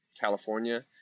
California